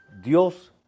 Dios